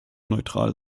neutral